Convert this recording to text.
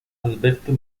alberto